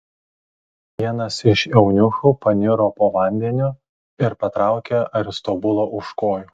vienas iš eunuchų paniro po vandeniu ir patraukė aristobulą už kojų